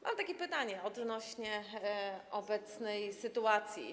Mam takie pytanie odnośnie do obecnej sytuacji.